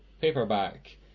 Paperback